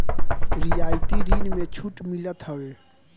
रियायती ऋण में छूट मिलत हवे